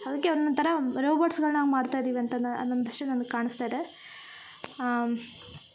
ಅದಕ್ಕೆ ಒನೊಂಥರ ರೋಬೋಟ್ಸ್ಗಳ್ನಾಗ ಮಾಡ್ತಯಿದ್ದೀವಿ ಅಂತ ನನ್ನ ದೃಷ್ಟಿಲಿ ನನಗ ಕಾಣಸ್ತಾಯಿದೆ